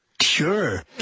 Sure